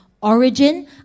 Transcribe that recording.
origin